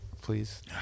Please